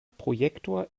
projektor